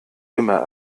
immer